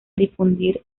difundir